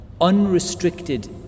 unrestricted